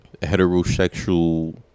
heterosexual